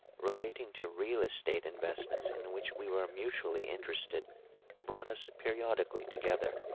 relating to real-estate invest ments in which we were mutually interested brought us periodically together,